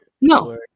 No